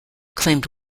claimed